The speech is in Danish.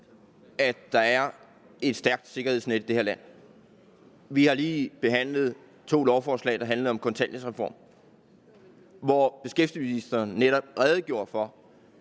at der er et stærkt sikkerhedsnet i det her land. Vi har lige behandlet to lovforslag, der handlede om en kontanthjælpsreform, og hvor beskæftigelsesministeren netop redegjorde for,